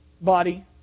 body